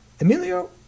Emilio